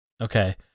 okay